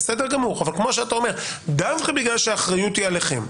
דווקא בגלל שהאחריות היא עליהם,